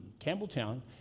Campbelltown